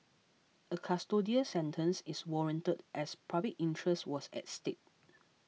a custodial sentence is warranted as public interest was at stake